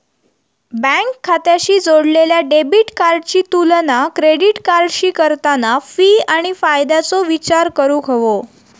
bank खात्याशी जोडलेल्या debit कार्डाची तुलना क्रेडिट कार्डाशी करताना फी आणि फायद्याचो विचार करूक हवो